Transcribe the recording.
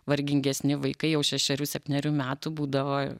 vargingesni vaikai jau šešerių septynerių metų būdavo